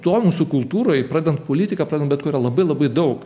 tuo mūsų kultūroj pradedant politika pradedant bet kuo yra labai labai daug